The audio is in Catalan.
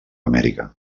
amèrica